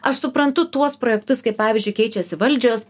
aš suprantu tuos projektus kai pavyzdžiui keičiasi valdžios